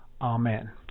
Amen